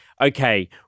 okay